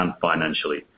financially